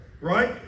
Right